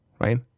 right